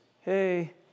Hey